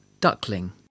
Duckling